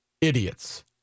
idiots